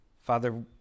Father